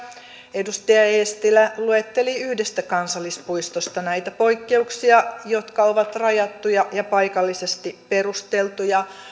edustaja eestilä luetteli yhdestä kansallispuistosta näitä poikkeuksia jotka ovat rajattuja ja paikallisesti perusteltuja